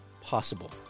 possible